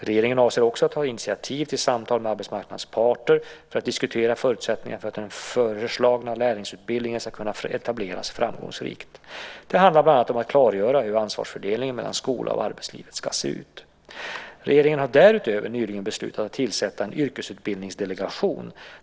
Regeringen avser också att ta initiativ till samtal med arbetsmarknadens parter för att diskutera förutsättningarna för att den föreslagna lärlingsutbildningen ska kunna etableras framgångsrikt. Det handlar bland annat om att klargöra hur ansvarsfördelningen mellan skolan och arbetslivet ska se ut. Regeringen har därutöver nyligen beslutat att tillsätta en yrkesutbildningsdelegation.